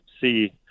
see